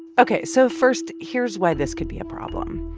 ok. so first, here's why this could be a problem.